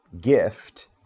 gift